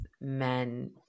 men